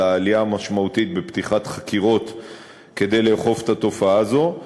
על העלייה המשמעותית בפתיחת חקירות כדי לאכוף את החוק בתופעה הזו,